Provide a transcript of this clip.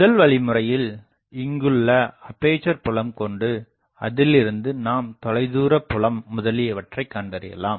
முதல் வழிமுறையில் இங்குள்ள அப்பேசர் புலம் கொண்டு அதிலிருந்து நாம் தொலைதூரபுலம் முதலியவற்றைக் கண்டறியலாம்